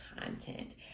content